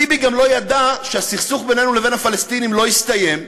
ביבי גם לא ידע שהסכסוך בינינו לבין הפלסטינים לא הסתיים.